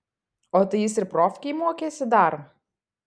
o tai jis ir profkėj mokėsi dar